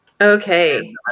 Okay